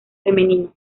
femenino